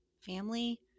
family